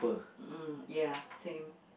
mm ya same